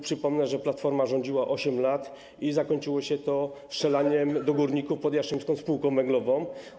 Przypomnę, że Platforma rządziła 8 lat i zakończyło się to strzelaniem do górników pod Jastrzębską Spółką Węglową.